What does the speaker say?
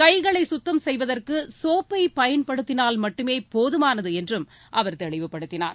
கைகளை குத்தம் செய்வதற்கு சோப்பை பயன்படுத்தினால் மட்டுமே போதுமானது என்றும் அவர் தெளிவுபடுத்தினார்